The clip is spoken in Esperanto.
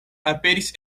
aperis